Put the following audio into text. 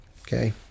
okay